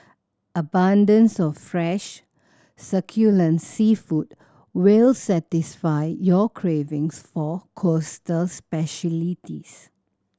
abundance of fresh succulent seafood will satisfy your cravings for coastal specialities